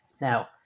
Now